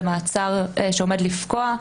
במעצר שעומד לפקוע,